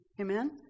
Amen